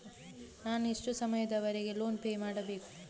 ನಾನು ಎಷ್ಟು ಸಮಯದವರೆಗೆ ಲೋನ್ ಪೇ ಮಾಡಬೇಕು?